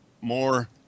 more